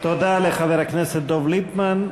תודה לחבר הכנסת דב ליפמן.